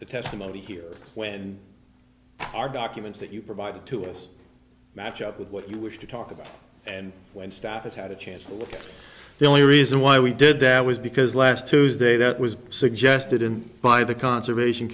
the testimony here when our documents that you provided to us match up with what you wish to talk about and when staffers had a chance the only reason why we did that was because last tuesday that was suggested and by the conservation